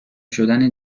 شدن